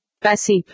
Passive